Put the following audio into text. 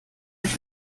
und